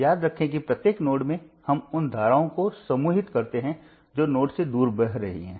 याद रखें कि प्रत्येक नोड में हम उन धाराओं को समूहित करते हैं जो नोड से दूर बह रही हैं